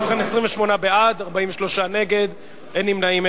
ובכן, 28 בעד, 43 נגד, אין נמנעים.